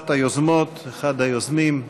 אחת היוזמות, אחד היוזמים,